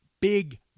Big